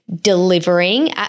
delivering